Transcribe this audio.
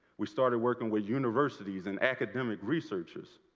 we started working with universities and academic researchers.